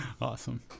Awesome